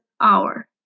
hour